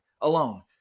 alone